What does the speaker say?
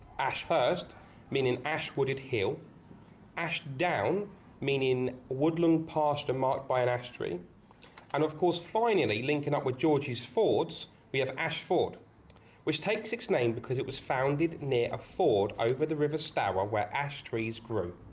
ash hurst meaning ash wooded hill ashdown meaning woodland pasture marked by an ash tree and of course finally linking up with georgie's fords we have ashford which takes its name because it was founded near a ford over the river stour where ash trees grew,